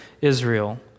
Israel